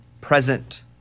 present